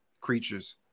creatures